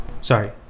Sorry